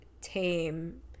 tame